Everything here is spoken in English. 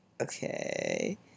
Okay